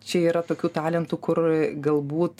čia yra tokių talentų kur galbūt